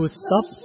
stop